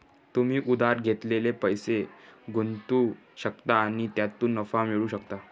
तुम्ही उधार घेतलेले पैसे गुंतवू शकता आणि त्यातून नफा मिळवू शकता